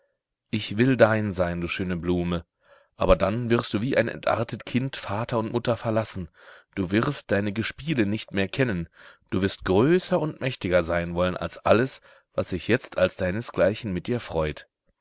ich will dein sein du schöne blume aber dann wirst du wie ein entartet kind vater und mutter verlassen du wirst deine gespielen nicht mehr kennen du wirst größer und mächtiger sein wollen als alles was sich jetzt als deinesgleichen mit dir freut